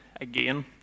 again